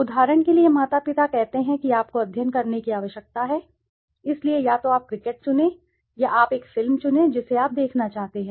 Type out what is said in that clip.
उदाहरण के लिए माता पिता कहते हैं कि आपको अध्ययन करने की आवश्यकता है इसलिए या तो आप क्रिकेट चुनें या आप एक फिल्म चुनें जिसे आप देखना चाहते हैं